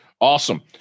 Awesome